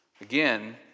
again